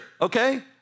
okay